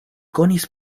konis